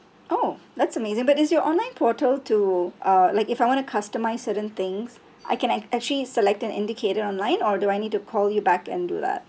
oh that's amazing but does your online portal to uh like if I want to customize certain things I can ac~ actually select and indicate it online or do I need to call you back and do that